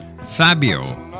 Fabio